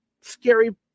scary